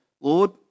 Lord